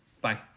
Bye